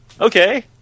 Okay